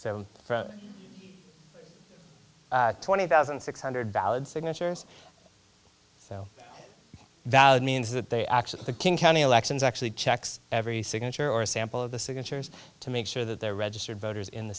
from twenty thousand six hundred valid signatures so valid means that they actually the king county elections actually checks every signature or a sample of the signatures to make sure that they're registered voters in the